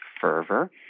fervor